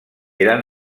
eren